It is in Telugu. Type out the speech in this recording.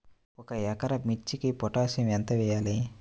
ఒక ఎకరా మిర్చీకి పొటాషియం ఎంత వెయ్యాలి?